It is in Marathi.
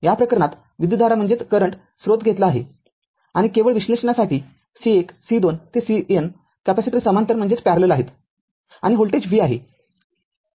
या प्रकरणात विद्युतधारा स्त्रोत घेतला आहे आणि केवळ विश्लेषणासाठी C१ C२ ते CN कॅपेसिटर समांतर आहेत आणि व्होल्टेज v आहे